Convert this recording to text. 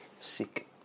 sick